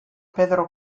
pedro